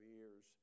ears